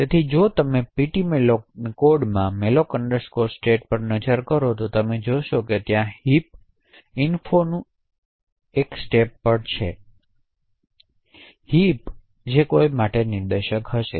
તેથી જો તમે ptmalloc ને કોડમાં malloc state પર નજર કરો તો તમે જોશો કે ત્યાં હીપ ઇન્ફોheap infoનું ઇન્સ્ટિટેશન છે હિપ જે કોઈમાટે નિર્દેશક હશે